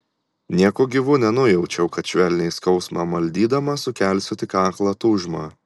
nieku gyvu nenujaučiau kad švelniai skausmą maldydama sukelsiu tik aklą tūžmą